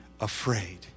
afraid